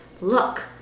Look